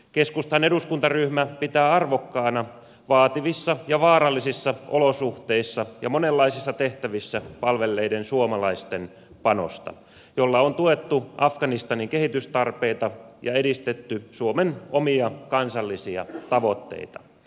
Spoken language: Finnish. keskustan eduskuntaryhmä pitää arvokkaana vaativissa ja vaarallisissa olosuhteissa ja monenlaisissa tehtävissä palvelleiden suomalaisten panosta jolla on tuettu afganistanin kehitystarpeita ja edistetty suomen omia kansallisia tavoitteita